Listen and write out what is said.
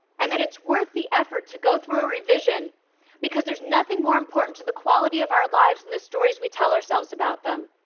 and that it's worth the effort to go through a revision because there's nothing more important to the quality of our lives than the stories we tell ourselves about them.